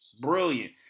Brilliant